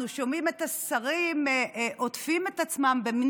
אנחנו שומעים את השרים עוטפים את עצמם במין